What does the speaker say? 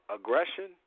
Aggression